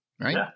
right